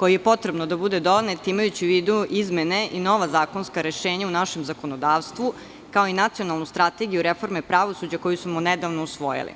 koji je potrebno da bude donet, imajući u vidu izmene i nova zakonska rešenja u našem zakonodavstvu, kao i Nacionalnu strategiju reforme pravosuđa, koju smo nedavno usvojili.